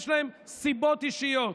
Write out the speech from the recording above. יש להם סיבות אישיות.